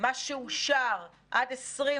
מה שאושר עד 2021,